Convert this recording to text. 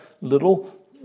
little